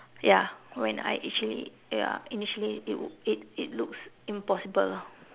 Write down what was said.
ya when I actually ya initially it w~ it it looks impossible lah